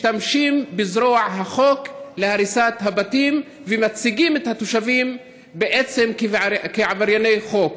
משתמשים בזרוע החוק להריסת הבתים ומציגים את התושבים בעצם כעברייני חוק.